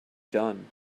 done